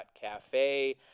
Cafe